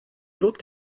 looked